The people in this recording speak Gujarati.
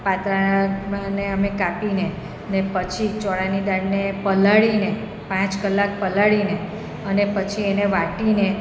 પાત્રાને અમે કાપીને પછી ચોળાની દાળને પલાળીને પાંચ કલાક પલાળીને અને પછી એને વાટીને